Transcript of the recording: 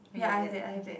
ya I have that I have that